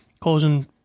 causing